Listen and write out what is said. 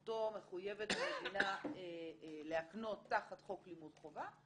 אותו מחויבת המדינה להקנות תחת חוק לימוד חובה,